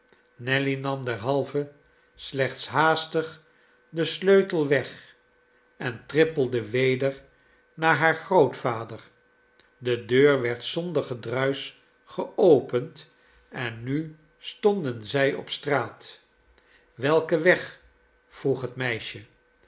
nelly nam derhalve slechts haastig den sleutel weg en trippelde weder naar haar grootvader de deur werd zonder gedruis geopend en nu stonden zij op straat welken weg vroeg het meisje